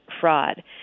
fraud